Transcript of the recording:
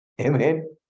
Amen